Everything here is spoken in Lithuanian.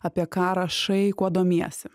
apie ką rašai kuo domiesi